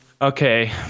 Okay